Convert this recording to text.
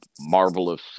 marvelous